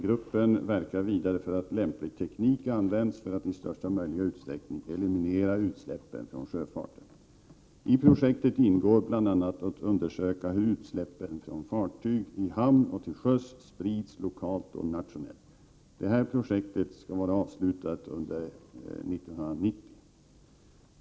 Gruppen verkar vidare för att lämplig teknik används för att i största möjliga utsträckning eliminera utsläppen från sjöfarten. I projektet ingår bl.a. att undersöka hur utsläppen från fartyg i hamn och till sjöss sprids lokalt och nationellt. Detta projekt skall vara avslutat under 1990.